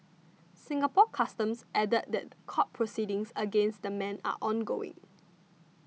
Singapore Customs added that court proceedings against the men are ongoing